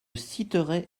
citerai